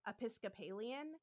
Episcopalian